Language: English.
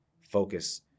focus